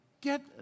get